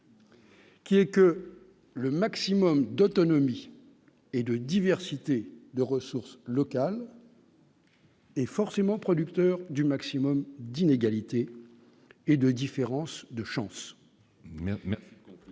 Qui est que le maximum d'autonomie et de diversité de ressources locales. Et forcément, producteur du maximum d'inégalités et de différence de chance,